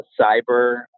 cyber